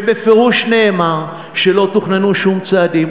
ובפירוש נאמר שלא תוכננו שום צעדים.